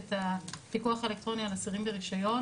את הפיקוח האלקטרוני על אסירים ברישיון.